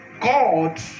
God